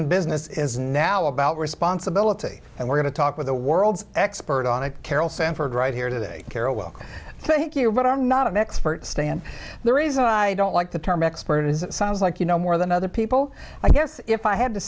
in business is now about responsibility and we're going to talk with the world's expert on it carol sanford right here today carol well thank you but i'm not an expert stan the reason i don't like the term expert is it sounds like you know more than other people i guess if i had to